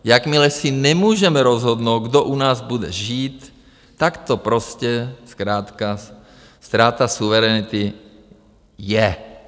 Jakmile si nemůžeme rozhodnout, kdo u nás bude žít, tak to prostě zkrátka ztráta suverenity je.